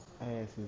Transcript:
asses